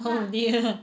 oh dear